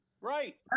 Right